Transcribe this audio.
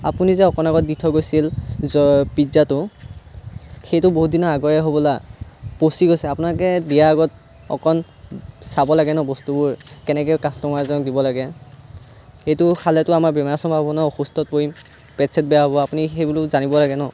আপুনি যে অকণ আগত দি থৈ গৈছিল পিজ্জাটো সেইটো বহুত দিনৰ আগুৱাই হ'বলা পঁচি গৈছে আপোনাকে দিয়াৰ আগত অকণ চাব লাগে ন বস্তুবোৰ কেনেকে কাষ্টমাৰজনক দিব লাগে সেইটো খালেতো আমাৰ বেমাৰ চেমাৰ হ'ব ন অসুস্থত পৰিম পেট ছেট বেয়া হ'ব আপুনি সেইবোৰ জানিব লাগে ন